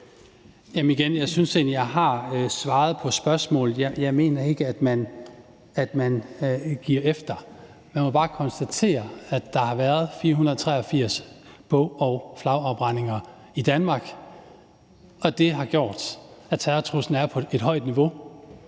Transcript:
at jeg egentlig synes, jeg har svaret på spørgsmålet. Jeg mener ikke, at man giver efter. Man må bare konstatere, at der har været 483 bog- og flagafbrændinger i Danmark, og det har gjort, at terrortruslen er på et højt niveau,